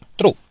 true